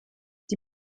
die